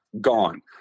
Gone